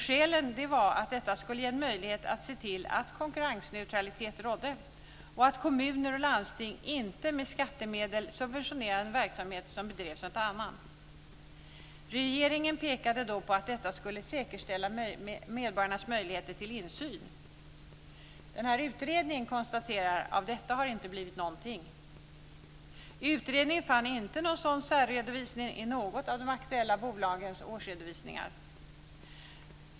Skälen var att detta skulle ge en möjlighet att se till att konkurrensneutralitet rådde och att kommuner och landsting inte med skattemedel subventionerade verksamhet som bedrevs åt annan. Regeringen pekade då på att detta skulle säkerställa medborgarnas möjligheter till insyn. Utredningen konstaterar att av detta har inte blivit någonting. Utredningen fann inte någon sådan särredovisning i något av de aktuella bolagens årsredovisningar.